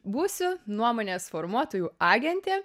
būsiu nuomonės formuotojų agentė